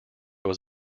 was